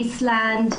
איסלנד,